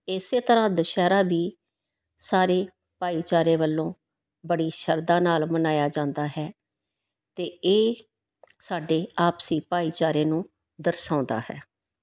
ਇਸੇ ਤਰ੍ਹਾਂ ਦੁਸਹਿਰਾ ਵੀ ਸਾਰੇ ਭਾਈਚਾਰੇ ਵੱਲੋਂ ਬੜੀ ਸ਼ਰਧਾ ਨਾਲ ਮਨਾਇਆ ਜਾਂਦਾ ਹੈ ਅਤੇ ਇਹ ਸਾਡੇ ਆਪਸੀ ਭਾਈਚਾਰੇ ਨੂੰ ਦਰਸਾਉਂਦਾ ਹੈ